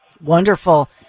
Wonderful